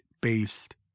based